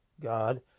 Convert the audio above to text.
God